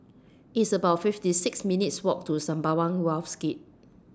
It's about fifty six minutes' Walk to Sembawang Wharves Gate